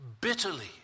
bitterly